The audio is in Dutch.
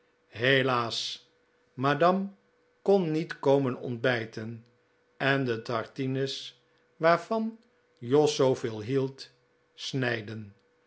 hclaas madamc kon nict komen ontbijten cn de tartines waarvan jos zooveel hield snijden